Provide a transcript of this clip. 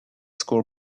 school